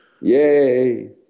Yay